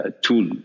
tool